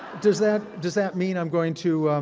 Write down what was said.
does that does that mean i'm going to,